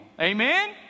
Amen